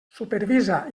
supervisa